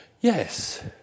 yes